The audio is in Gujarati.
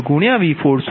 0 j0